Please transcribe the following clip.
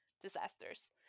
disasters